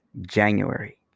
January